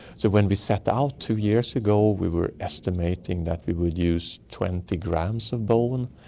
so when we set out two years ago we were estimating that we would use twenty grams of bone,